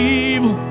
evil